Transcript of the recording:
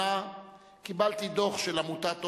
מי ייתן שהשם ייתן לך כוח להמשיך,